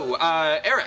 Eric